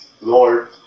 Lord